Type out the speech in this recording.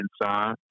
inside